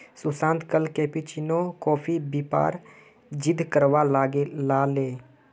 सुशांत कल cappuccino coffee पीबार जिद्द करवा लाग ले